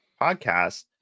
podcast